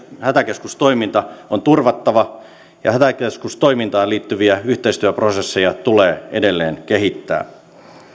hätäkeskustoiminta on turvattava ja hätäkeskustoimintaan liittyviä yhteistyöprosesseja tulee edelleen kehittää